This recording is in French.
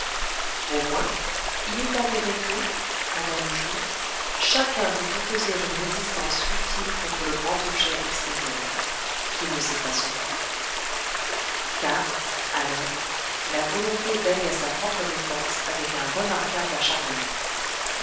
au moins il est avéré que pendant le jour chacun peut opposer une résistance utile contre le grand objet extérieur qui ne sait pas son nom car alors la volonté veille à sa propre défense avec un remarquable acharnement